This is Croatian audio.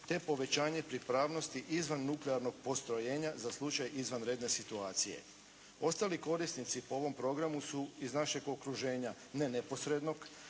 te povećanje pripravnosti izvan nuklearnog postrojenja za slučaj izvanredne situacije. Ostali korisnici po ovom programu su iz našeg okruženja, ne neposrednog,